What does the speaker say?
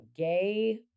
gay